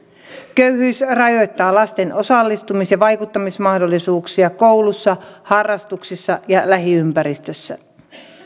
köyhyys rajoittaa lasten osallistumis ja vaikuttamismahdollisuuksia koulussa harrastuksissa ja lähiympäristössä